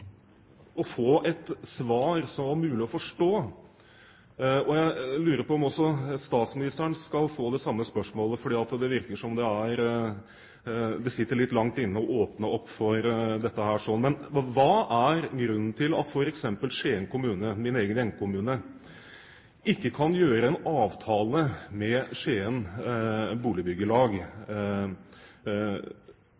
få et svar som det var mulig å forstå. Jeg lurer på om også statsministeren skal få det samme spørsmålet, fordi det virker som om det sitter litt langt inne å åpne opp for dette. Hva er grunnen til at f.eks. Skien kommune, min egen hjemkommune, ikke kan gjøre en avtale med Skien Boligbyggelag